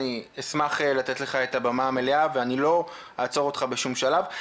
אשמח לתת לך את הבמה המלאה ולא אעצור אותך בשום שלב.